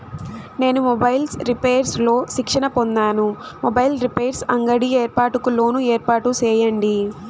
నేను mobiles repairs లో శిక్షణ పొందాను, మొబైల్ రిపైర్స్ అంగడి ఏర్పాటుకు లోను ఏర్పాటు సేయండి?